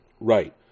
Right